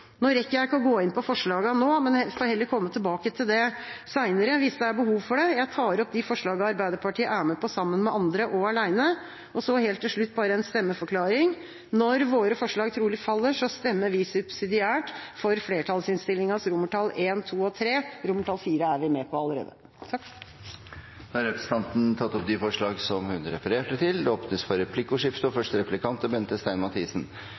rekker ikke å gå inn på forslagene nå – jeg får heller komme tilbake til det i et senere innlegg, hvis det er behov for det. Jeg tar opp de forslagene Arbeiderpartiet er med på sammen med andre, og dem vi står alene om. Så helt til slutt en stemmeforklaring: Når våre forslag trolig faller, vil vi subsidiært stemme for flertallsinnstillingens romertall I, II og III. IV er vi med på allerede. Representanten Lise Christoffersen har tatt opp de forslagene hun refererte til. Det blir replikkordskifte. I meldingen omtales aktivitetskrav knyttet til økonomiske ytelser, og